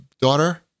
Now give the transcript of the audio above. daughter